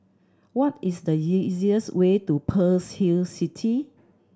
what is the easiest way to Pearl's Hill City